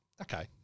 Okay